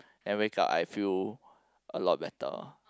and wake up I feel a lot better